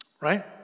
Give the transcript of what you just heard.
right